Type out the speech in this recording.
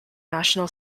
national